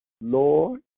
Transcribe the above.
Lord